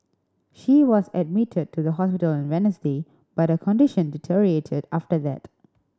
she was admitted to the hospital on Wednesday but her condition deteriorated after that